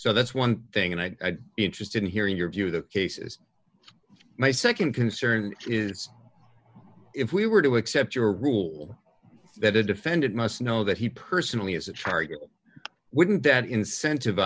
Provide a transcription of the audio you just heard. so that's one thing and i'd be interested in hearing your view of the case is my nd concern is if we were to accept your rule that a defendant must know that he personally is a target wouldn't that incentiv